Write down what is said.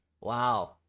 wow